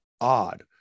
odd